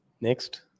Next